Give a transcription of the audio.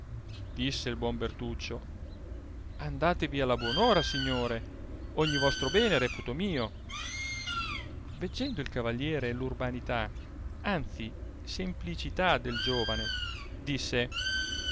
disse il buon bertuccio andatevi alla buon ora signore ogni vostro bene reputo mio veggendo il cavalliere urbanità anzi semplicità del giovane disse